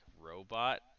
robot